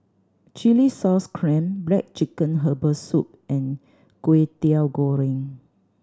chilli sauce clams black chicken herbal soup and Kway Teow Goreng